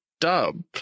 dub